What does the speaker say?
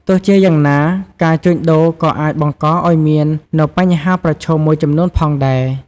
ទោះជាយ៉ាងណា ការជួញដូរក៏អាចបង្កឱ្យមាននៅបញ្ហាប្រឈមមួយចំនួនផងដែរ។